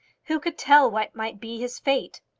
who could tell what might be his fate?